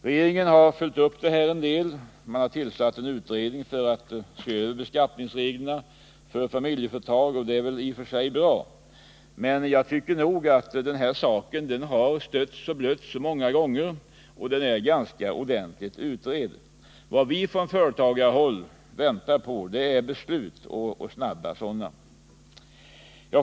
Regeringen har följt upp denna fråga och tillsatt en utredning för att se över beskattningsreglerna för familjeföretag, och det är i och för sig bra. Men jag tycker att den här saken redan har stötts och blötts så många gånger att den kan sägas vara ordentligt utredd. Vad vi från företagarhåll väntar på är beslut — och snabba sådana.